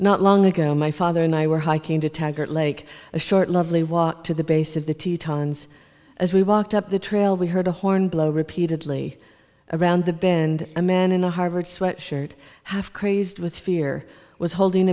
not long ago my father and i were hiking to taggart lake a short lovely walk to the base of the tetons as we walked up the trail we heard a horn blow repeatedly around the bend a man in a harvard sweat shirt have crazed with fear was holding